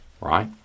Right